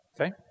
Okay